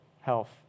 health